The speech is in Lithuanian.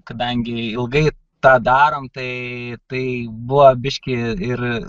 kadangi ilgai tą darom tai tai buvo biškį ir